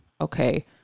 okay